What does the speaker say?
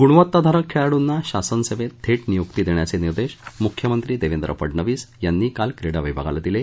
गुणवत्ताधारक खेळाडूंना शासन सेवेत थेट नियुक्ती देण्याचे निर्देश मुख्यमंत्री देवेंद्र फडणवीस यांनी काल क्रीडा विभागाला दिले